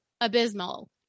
abysmal